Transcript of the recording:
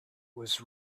was